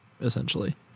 essentially